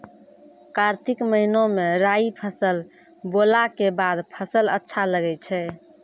कार्तिक महीना मे राई फसल बोलऽ के बाद फसल अच्छा लगे छै